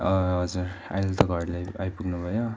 हजुर अहिले त आइपुग्नु भयो